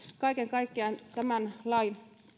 kaiken kaikkiaan tämän lain